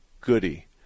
Goody